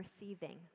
receiving